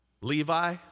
Levi